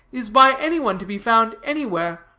is by any one to be found anywhere,